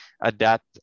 adapt